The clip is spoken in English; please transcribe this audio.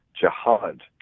jihad